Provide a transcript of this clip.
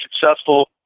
successful